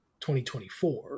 2024